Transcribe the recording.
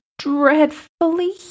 dreadfully